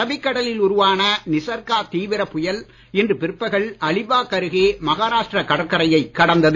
Arabic கடலில் உருவான நிசர்கா தீவிரப் புயல் இன்று பிற்பகல் அலிபாக் அருகே மகாராஷ்டிர கடற்கரையை கடந்தது